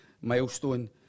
milestone